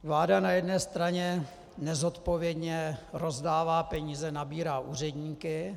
Vláda na jedné straně nezodpovědně rozdává peníze, nabírá úředníky.